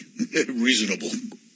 reasonable